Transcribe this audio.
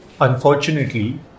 Unfortunately